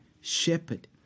shepherd